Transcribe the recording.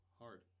hard